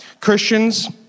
Christians